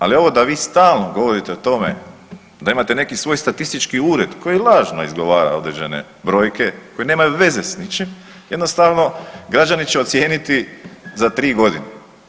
Ali ovo da vi stalno govorite o tome da imate neki svoj statistički ured koji lažno izgovara određene brojke koje nemaju veze s ničim jednostavno građani će ocijeniti za tri godine.